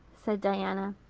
said diana.